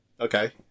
Okay